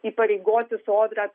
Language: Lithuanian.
įpareigoti sodrą